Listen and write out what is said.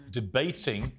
debating